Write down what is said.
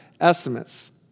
estimates